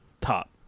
top